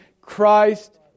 Christ